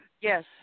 Yes